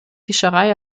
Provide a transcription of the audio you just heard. fischerei